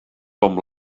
com